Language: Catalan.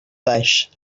baix